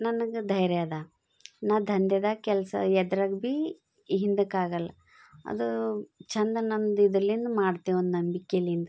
ನನಗೆ ಧೈರ್ಯ ಅದ ನಾ ದಂಧೆದಾಗ ಕೆಲಸ ಎದ್ರಾಗ ಭೀ ಹಿಂದಕ್ಕಾಗಲ್ಲ ಅದು ಚೆಂದ ನಮ್ದು ಇದ್ರಿಂದ ಮಾಡ್ತೇವೆ ಒಂದು ನಂಬಿಕೆಯಿಂದ